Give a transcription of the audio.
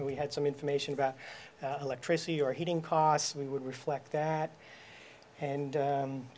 we had some information about electricity or heating costs we would reflect that and